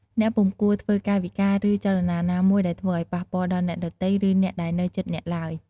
អ្នកពុំគួរធ្វើកាយវិការ ឬ ចលនាណាមួយ ដែលធ្វើឲ្យប៉ះពាល់ដល់អ្នកដទៃ ឬ អ្នកដែលនៅជិតអ្នកឡើយ។